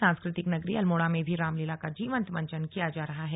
सांस्कृतिक नगरी अल्मोड़ा में भी रामलीला का जीवंत मंचन किया जा रहा है